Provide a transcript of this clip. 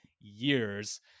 years